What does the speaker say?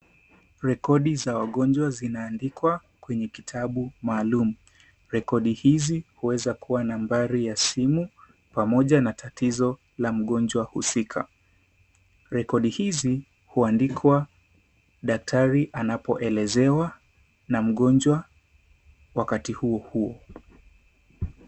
Rekodi za wagonjwa zinaandikwa kwenye kitabu maalum. Rekodi hizi huweza kuwa nambari ya simu pamoja na tatizo la mgonjwa husika. Rekodi hizi huandikwa daktari anapoelezewa na mgonjwa wakati huo huo.